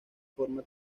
forma